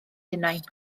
hunain